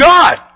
God